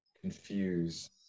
confuse